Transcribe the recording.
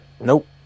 Nope